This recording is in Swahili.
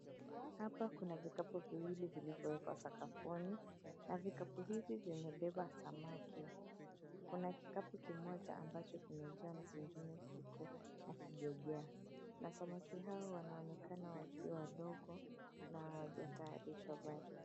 Hapa kuna vikapu viwili vilivyoekwa sakafuni, na vikapu hivi vimebeba samaki. Kuna kikapu kimoja ambacho kimeeja na kingine kiko hakijajaa, na samaki hao wanaonekana wakiwa wadogo na hawajatayarishwa bado.